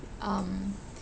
um